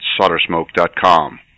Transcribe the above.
soldersmoke.com